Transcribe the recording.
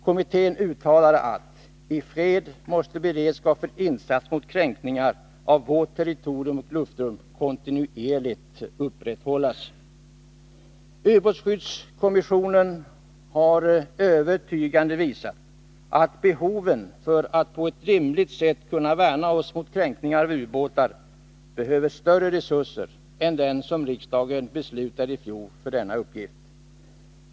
Kommittén uttalade att ”i fred måste beredskap för insats mot kränkningar av vårt territorium och luftrum kontinuerligt upprätthållas”. Ubåtsskyddskommissionen har övertygande visat att vi för att på ett rimligt sätt kunna värna oss mot kränkningar av ubåtar behöver större resurser än dem som riksdagen anslog i fjol för denna uppgift.